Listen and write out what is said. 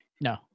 No